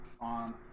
on